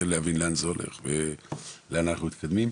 להבין לאן זה הולך ולאן אנחנו מתקדמים.